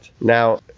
Now